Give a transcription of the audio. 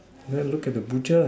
then look at the butcher